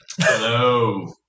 Hello